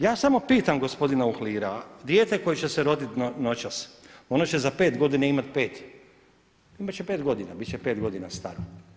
Ja samo pitam gospodina Uhlira, dijete koje će se rodit noćas, ono će za pet godina imati pet, imat će pet godina, bit će pet godina star.